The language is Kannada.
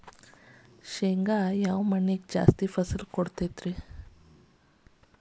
ಶೇಂಗಾ ಯಾವ ಮಣ್ಣಿನ್ಯಾಗ ಜಾಸ್ತಿ ಫಸಲು ಬರತೈತ್ರಿ?